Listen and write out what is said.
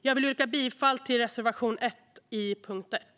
Jag vill yrka bifall till reservation 1 under punkt 1.